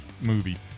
movie